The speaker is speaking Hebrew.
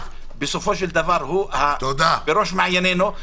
בסופו של דבר האזרח הוא בראש מעייננו,